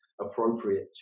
appropriate